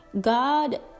God